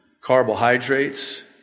carbohydrates